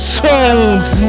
tones